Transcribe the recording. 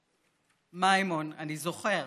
מימון: אני זוכר.